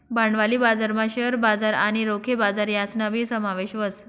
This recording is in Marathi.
भांडवली बजारमा शेअर बजार आणि रोखे बजार यासनाबी समावेश व्हस